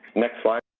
next slide,